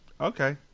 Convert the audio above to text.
okay